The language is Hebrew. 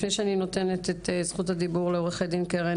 לפני שאני נותנת את זכות הדיבור לעורכת דין קרן